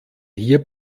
hier